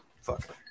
Fuck